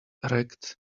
erect